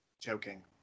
Joking